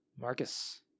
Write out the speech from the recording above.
Marcus